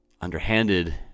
underhanded